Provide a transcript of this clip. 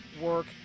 work